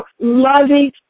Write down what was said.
loving